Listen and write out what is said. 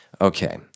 Okay